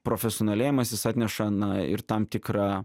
profesionalėjimas is atneša na ir tam tikrą